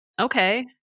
okay